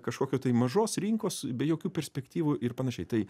kažkokio tai mažos rinkos be jokių perspektyvų ir panašiai tai